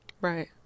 Right